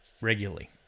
regularly